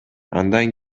андан